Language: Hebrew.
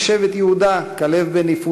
איפה האיזון?